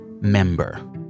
member